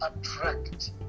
attract